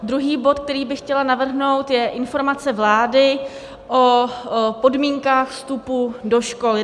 Druhý bod, který bych chtěla navrhnout, je Informace vlády o podmínkách vstupu do škol.